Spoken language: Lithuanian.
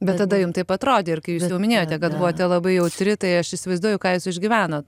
bet tada jum taip atrodė ir kai jūs jau minėjote kad buvote labai jautri tai aš įsivaizduoju ką jūs išgyvenot